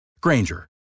Granger